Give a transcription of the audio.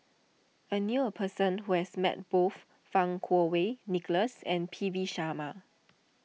I knew a person who has met both Fang Kuo Wei Nicholas and P V Sharma